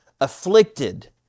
afflicted